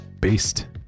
based